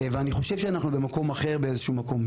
ואני חושב שאנחנו במקום אחר מאיזושהי בחינה.